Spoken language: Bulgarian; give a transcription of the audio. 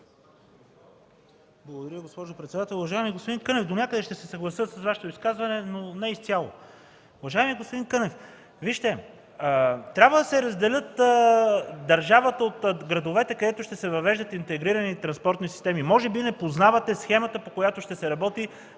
Благодаря, госпожо председател. Уважаеми господин Кънев, донякъде ще се съглася с Вашето изказване, но не изцяло. Уважаеми господин Кънев, трябва да се раздели държавата от градовете, където ще се въвеждат интегрирани транспортни системи. Може би не познавате схемата, по която ще се работи